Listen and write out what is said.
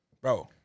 Bro